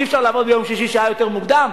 אי-אפשר להתחיל לעבוד ביום שישי שעה יותר מוקדם?